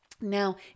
Now